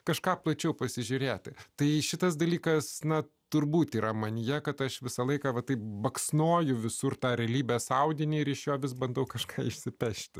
kažką plačiau pasižiūrėti tai šitas dalykas na turbūt yra manyje kad aš visą laiką va taip baksnoju visur tą realybės audinį ir iš jo vis bandau kažką išsipešti